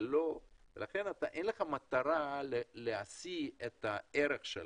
אין לך מטרה להשיא את הערך שלהם.